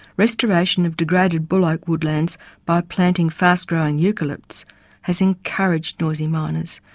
restoration of degraded buloke woodlands by planting fast growing eucalypts has encouraged noisy miners,